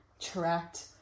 tracked